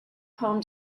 poem